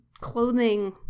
clothing